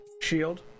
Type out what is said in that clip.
shield